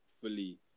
fully